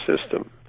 system